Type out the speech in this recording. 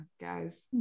guys